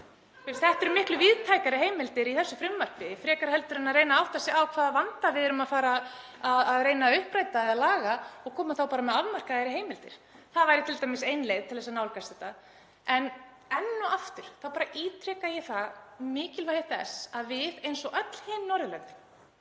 Þetta eru miklu víðtækari heimildir í þessu frumvarpi. Frekar ætti að reyna að átta sig á hvaða vanda við ætlum að reyna að uppræta eða laga og koma þá með afmarkaðar heimildir, það væri t.d. ein leið til að nálgast þetta. En enn og aftur ítreka ég mikilvægi þess að við, eins og öll hin Norðurlöndin,